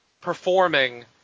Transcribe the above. performing